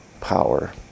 power